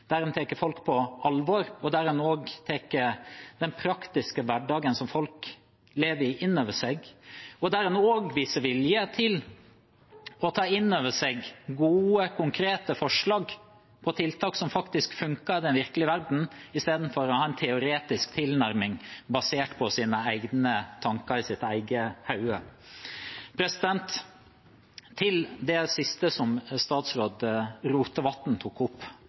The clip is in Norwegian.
folk, tenker at en skal ha en klimapolitikk der en tar folk på alvor, der en tar den praktiske hverdagen som folk lever i, inn over seg, og der en også viser vilje til å ta inn over seg gode, konkrete forslag til tiltak som faktisk fungerer i den virkelige verden, istedenfor å ha en teoretisk tilnærming basert på sine egne tanker i sitt eget hode. Til det siste som statsråd Rotevatn tok opp